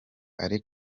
ari